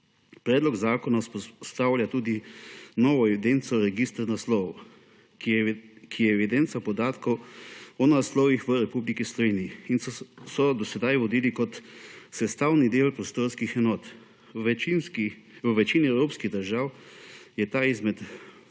Predlog zakona vzpostavlja tudi novo evidenco – register naslovov, ki je evidenca podatkov o naslovih v Republiki Sloveniji in so se do sedaj vodili kot sestavni del prostorskih enot. V večini evropskih držav je ta eden